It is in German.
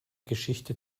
geschichte